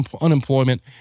unemployment